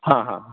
ہاں ہاں